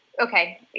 Okay